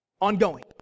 Ongoing